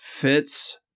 Fitz